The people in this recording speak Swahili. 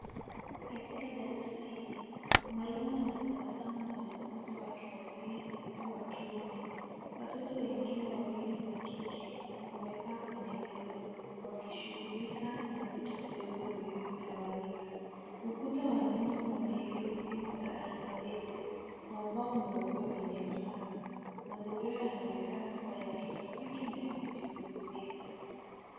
Katika darasa hili mwalimu anatabasamu na wanafunzi wake wawili wakiume. Watoto wengine wawili wa kike wamekaa kwenye meza wakishugulika na vitu vidogo vilivyotawanyika ukuta wa nyuma unaherufi za alphabeti na ubao mweupe wenye hesabu. Mazigira yanaonekana kuwa ya kirafiki na ya kujifunzia.